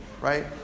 right